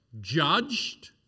judged